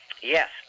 Yes